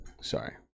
Sorry